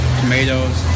tomatoes